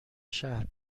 شهر